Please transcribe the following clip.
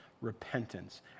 repentance